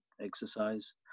exercise